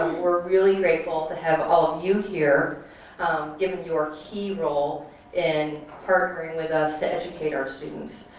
um we're really grateful to have all of you here given your key role in partnering with us to educate our students